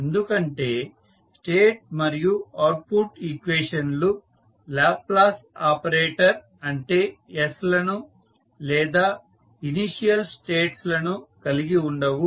ఎందుకంటే స్టేట్ మరియు output equation లు లాప్లాస్ ఆపరేటర్ అంటే s లను లేదా ఇనీషియల్ స్టేట్స్ లను కలిగి ఉండవు